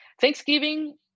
Thanksgiving